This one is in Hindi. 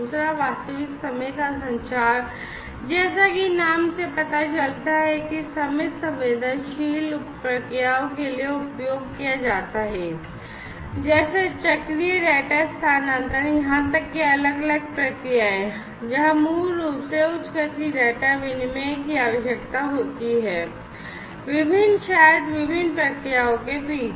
दूसरा वास्तविक समय का संचार है जैसा कि नाम से पता चलता है कि समय संवेदनशील प्रक्रियाओं के लिए उपयोग किया जाता है जैसे चक्रीय डेटा स्थानांतरण यहां तक कि अलग अलग प्रक्रियाएं जहां मूल रूप से उच्च गति डेटा विनिमय की आवश्यकता होती है विभिन्न शायद विभिन्न प्रक्रियाओं के बीच